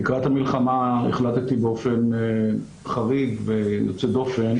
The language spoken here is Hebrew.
לקראת המלחמה החלטתי באופן חריג ויוצא דופן